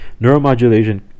neuromodulation